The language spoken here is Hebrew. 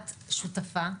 את שותפה,